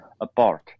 apart